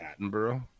Attenborough